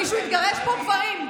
מישהו התגרש פה, גברים?